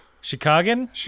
Chicago